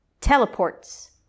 teleports